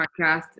podcast